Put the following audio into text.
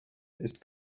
ist